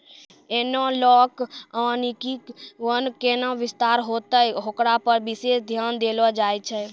एनालाँक वानिकी वन कैना विस्तार होतै होकरा पर विशेष ध्यान देलो जाय छै